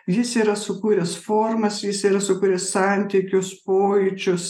jis yra sukūręs formas jis yra sukūręs santykius pojūčius